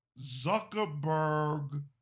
Zuckerberg